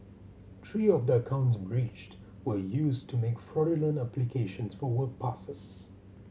three of the accounts breached were used to make fraudulent applications for work passes